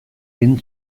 egin